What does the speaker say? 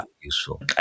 useful